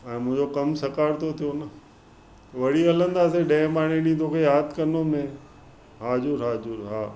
हा मुंहिंजो कमु सकारु थो थियो न वरी हलंदासीं ॾह ॿारहें ॾींहं तोखे यादि कंदोमाए हा ज़रूर हा